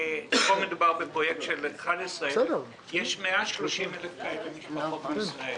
פה מדובר בפרויקט של 11,000 יש 130,000 משפחות כאלה בישראל.